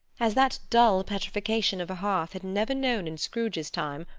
as that dull petrification of a hearth had never known in scrooge's time,